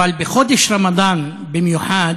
אבל בחודש רמדאן במיוחד